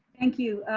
thank you.